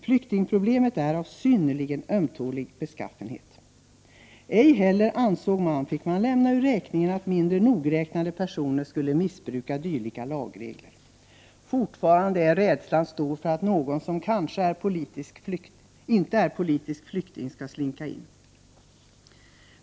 Flyktingproblemet är av synnerligen ömtålig beskaffenhet.” Ej heller, ansåg man, fick man lämna ur räkningen att mindre nogräknade personer skulle kunna missbruka dylika lagregler. Fortfarande är rädslan stor för att någon som kanske inte är politisk flykting skall slinka in.